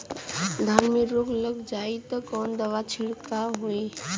धान में रोग लग जाईत कवन दवा क छिड़काव होई?